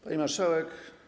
Pani Marszałek!